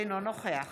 אינו נוכח